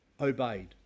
obeyed